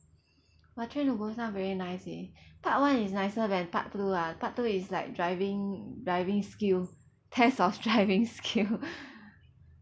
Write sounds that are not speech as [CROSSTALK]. !wah! train to busan very nice eh [BREATH] part one is nicer than part two ah part two is like driving driving skill test of driving skill [LAUGHS]